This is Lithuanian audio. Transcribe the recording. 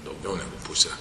daugiau negu pusė